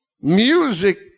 music